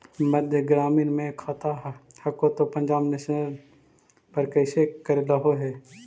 मध्य ग्रामीण मे खाता हको तौ पंजाब नेशनल पर कैसे करैलहो हे?